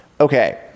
Okay